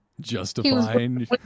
Justifying